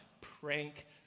prank